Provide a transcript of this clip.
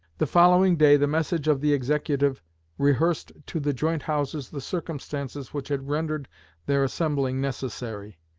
the following day the message of the executive rehearsed to the joint houses the circumstances which had rendered their assembling necessary.